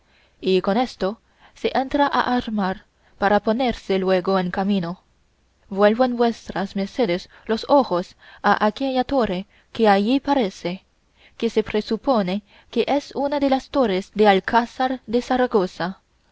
y con esto se entra a armar para ponerse luego en camino vuelvan vuestras mercedes los ojos a aquella torre que allí parece que se presupone que es una de las torres del alcázar de zaragoza